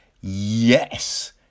yes